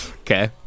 okay